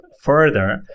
further